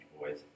boys